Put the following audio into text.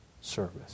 service